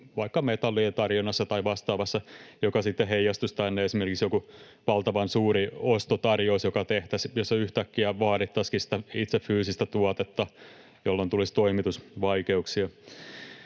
vaikka metallien tarjonnassa tai vastaavassa, joka sitten heijastuisi tänne. Esimerkiksi joku valtavan suuri ostotarjous, joka tehtäisiin, jossa yhtäkkiä vaadittaisiinkin sitä itse fyysistä tuotetta, jolloin tulisi toimitusvaikeuksia.